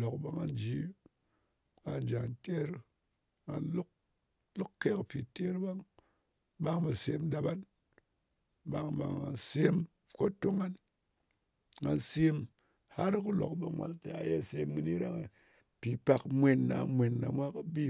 Lok ɓe nga ji ɓa ja ter, ɓa, ɓa luk ke ka piter ɓang. Ɓang ɓe sem ɗap'an. Ɓang ɓe nga sem ko tung ngan. Nga sem har ko lok ɓe mwa lɨ te, ye sem kɨni rang-e? Mpi pak mwèn na mwen ɗa mwa kɨ bi,